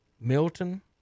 Milton